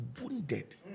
wounded